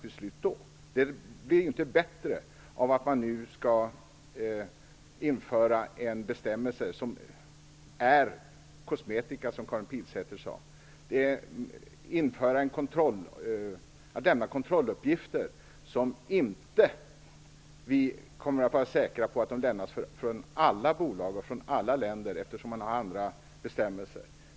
Det blir inte bättre av att man nu skall införa en bestämmelse som är kosmetika, som Karin Pilsäter sade. Vi kan inte vara säkra på att kontrolluppgifter lämnas från alla bolag och från alla länder, eftersom man har andra bestämmelser.